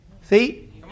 feet